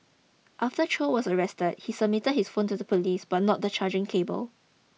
after Chow was arrested he submitted his phone to the police but not the charging cable